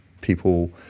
people